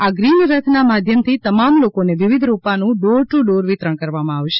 આ ગ્રીન રથના માધ્યમથી તમામ લોકોને વિવિધ રોપાનું ડોર ટુ ડોર વિતરણ કરવામાં આવશે